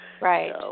Right